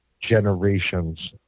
generations